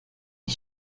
die